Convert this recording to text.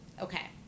Okay